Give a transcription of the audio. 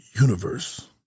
universe